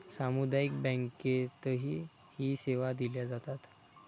सामुदायिक बँकेतही सी सेवा दिल्या जातात